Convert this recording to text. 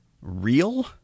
real